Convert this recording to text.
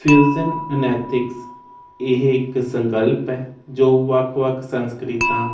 fusion ਅਨੈਥਿਕਸ ਇਹ ਇੱਕ ਸੰਕਲਪ ਹੈ ਜੋ ਵੱਖ ਵੱਖ ਸੰਸਕ੍ਰਿਤਾਂ